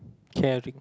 caring